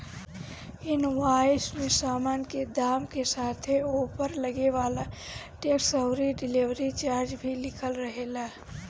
invoice में सामान के दाम के साथे ओपर लागे वाला टेक्स अउरी डिलीवरी चार्ज भी लिखल रहेला